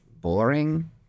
boring